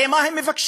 הרי מה הם מבקשים?